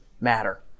Matter